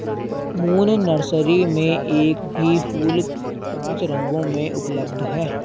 moon nursery में एक ही फूल पांच रंगों में उपलब्ध है